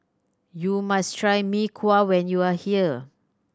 you must try Mee Kuah when you are here